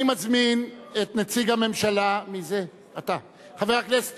אני מזמין את נציג הממשלה, חבר הכנסת